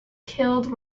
killed